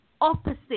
opposite